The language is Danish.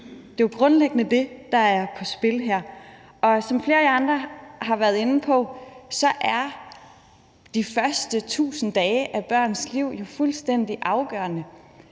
Det er jo grundlæggende det, der er på spil her. Som flere andre har været inde på, er de første 1.000 dage af et barns liv jo fuldstændig afgørende.